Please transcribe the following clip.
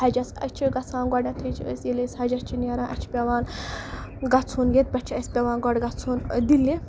حَجَس أسۍ چھِ گژھان گۄڈنٮ۪تھٕے چھِ أسۍ ییٚلہِ أسۍ حَجَس چھِ نیران اَسہِ چھِ پٮ۪وان گژھُن ییٚتہِ پٮ۪ٹھ چھِ اَسہِ پٮ۪وان گۄڈٕ گژھُن دِلہِ